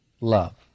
love